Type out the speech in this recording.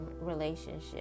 relationship